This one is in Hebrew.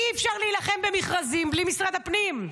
אי-אפשר להילחם במכרזים בלי משרד הפנים,